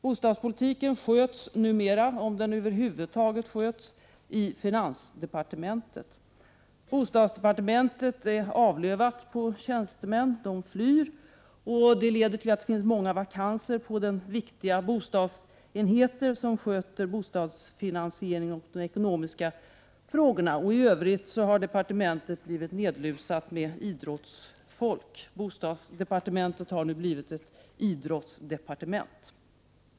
Bostadspolitiken sköts numera, om den över huvud taget sköts, i finansdepartementet. Bostadsdepartementet är avlövat på tjänstemän. De flyr. Det harlett till att det finns många vakanser på den viktiga bostadsenheten, som sköter bostadsfinansiering och de ekonomiska frågorna. För övrigt är bostadsdepartementet numera nedlusat med idrottsfolk. Bostadsdepartementet har blivit ett idrottsdepartement.